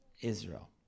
Israel